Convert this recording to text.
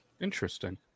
Interesting